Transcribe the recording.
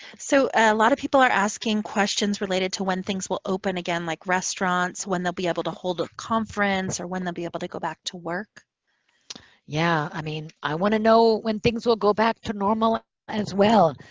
so a lot of people are asking questions related to when things will open again, like restaurants, when they'll be able to hold a conference or when they'll be able to go back to work? nancy messonnier yeah. i mean, i want to know when things will go back to normal as well.